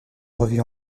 revues